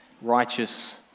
righteous